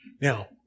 Now